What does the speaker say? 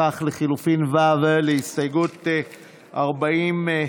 לפיכך לחלופין ו' להסתייגות 43,